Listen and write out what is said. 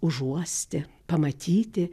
užuosti pamatyti